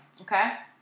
Okay